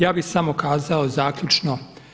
Ja bih samo kazao zaključno.